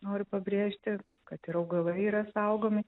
noriu pabrėžti kad ir augalai yra saugomi